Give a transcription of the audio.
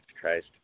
Christ